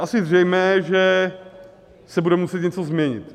Je asi zřejmé, že se bude muset něco změnit.